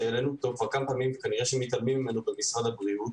שהעלינו אותו כבר כמה פעמים וכנראה מתעלמים ממנו במשרד הבריאות.